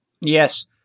Yes